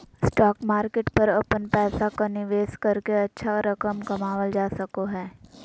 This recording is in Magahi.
स्टॉक मार्केट पर अपन पैसा के निवेश करके अच्छा रकम कमावल जा सको हइ